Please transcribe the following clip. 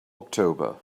october